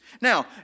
Now